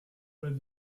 pas